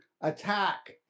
attack